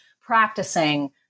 practicing